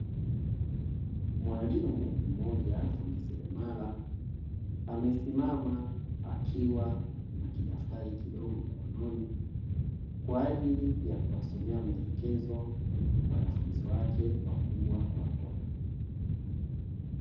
Mwalimu mmoja fundi seremala amesimama akiwa na kidaftari kidogo mkononi, kwa ajili ya kuwasomea maelekezo wanafunzi wake wakubwa kwa watoto.